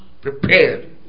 prepared